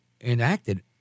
enacted